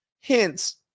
Hence